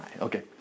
okay